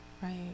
Right